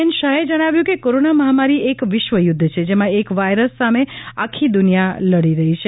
N શાહે જણાવ્યું કે કોરોના મહામારી એક વિશ્વયુદ્ધ છે જેમાં એક વાયરસ સામે આખી દુનિયા લડી રહી છે